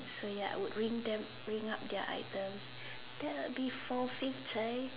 so ya I would ring ring up their items that'll be four fifty